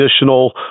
additional